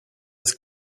als